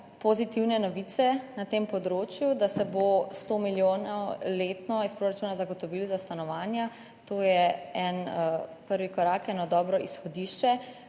pozitivne novice na tem področju, da se bo 100 milijonov letno iz proračuna zagotovilo za stanovanja. To je prvi korak, dobro izhodišče,